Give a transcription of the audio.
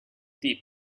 deep